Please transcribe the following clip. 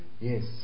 Yes